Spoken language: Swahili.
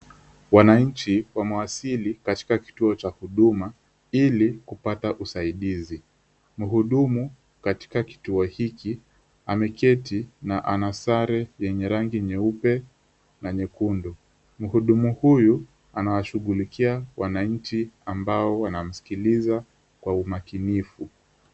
Wananchi wamewasili katika kituo cha huduma ilikupata usaidizi. Mhudumu katika kituo hiki ameketi na ana sare yenye rangi nyeupe na nyekundu. Mhudumu huyu anawashughulikia wananchi wanaomsikiliza kwa umakinifu.